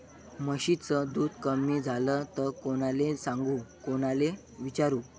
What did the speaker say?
म्हशीचं दूध कमी झालं त कोनाले सांगू कोनाले विचारू?